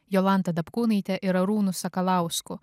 jolanta dapkūnaite ir arūnu sakalausku